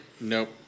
Nope